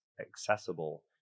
accessible